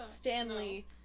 Stanley